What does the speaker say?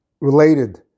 related